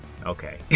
Okay